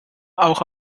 auch